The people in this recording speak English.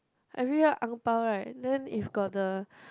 every year angpau right then if got the